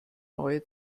neue